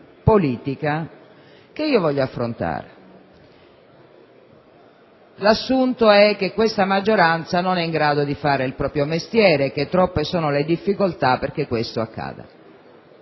politica che voglio affrontare. L'assunto è che questa maggioranza non sia in grado di fare il proprio mestiere e che troppe sono le difficoltà perché questo avvenga.